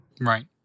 Right